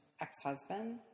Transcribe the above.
ex-husband